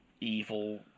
evil